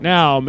Now